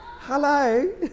Hello